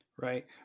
Right